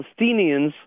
Palestinians